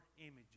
images